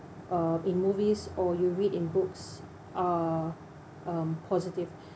uh in movies or you read in books are um positive